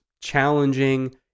challenging